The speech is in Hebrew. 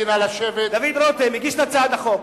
דוד רותם הגיש את הצעת החוק.